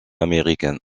américaines